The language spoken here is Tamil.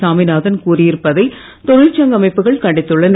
சாமிநாதன் கூறியிருப்பதை தொழிற்சங்க அமைப்புகள் கண்டித்துள்ளன